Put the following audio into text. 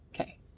Okay